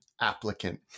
applicant